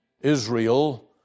Israel